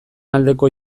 aldeko